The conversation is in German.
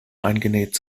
eingenäht